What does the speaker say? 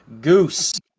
Goose